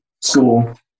school